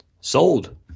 Sold